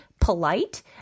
polite